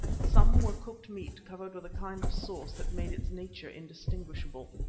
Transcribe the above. some were cooked meat covered with a kind of sauce that made its nature indistinguishable.